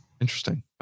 Interesting